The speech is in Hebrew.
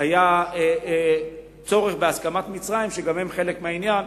היה גם צורך בהסכמת המצרים, שגם הם חלק מהעניין,